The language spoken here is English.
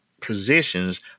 positions